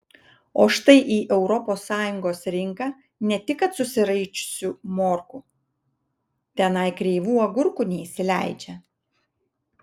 o štai į europos sąjungos rinką ne tik kad susiraičiusių morkų tenai kreivų agurkų neįsileidžia